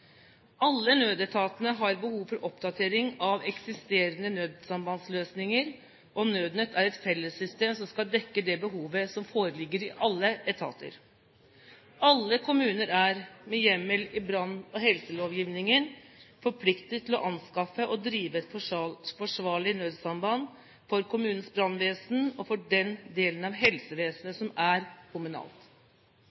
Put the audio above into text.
Alle nødetatene har behov for oppdatering av eksisterende nødsambandsløsninger, og Nødnett er et fellessystem som skal dekke det behovet som foreligger i alle etater. Alle kommuner er, med hjemmel i brann- og helselovgivningen, forpliktet til å anskaffe og drive et forsvarlig nødsamband for kommunens brannvesen og for den delen av helsevesenet